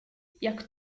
jak